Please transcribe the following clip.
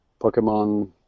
Pokemon